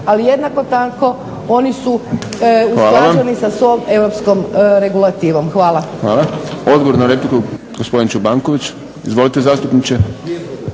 ali jednako tako oni su usklađeni sa svom europskom regulativom. Hvala. **Šprem, Boris (SDP)** Hvala. Odgovor na repliku, gospodin Čobanković. Izvolite, zastupniče.